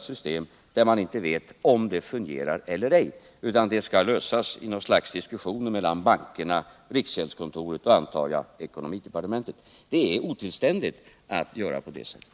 svstem, om vilket man inte vet om det fungerar eller ej. Detta skall lösas genom diskussioner i någon form mellan bankerna, riksgäldskontoret och. antar jag, ekonomidepartementet. Men det är otillständigt att göra på det sättet.